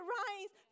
rise